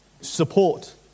support